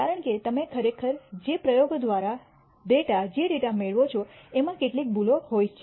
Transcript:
કારણ કે તમે ખરેખર જે પ્રયોગો દ્વારા ડેટા જે ડેટા મેળવો છો એમાં કેટલીક ભૂલો હોય છે